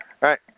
right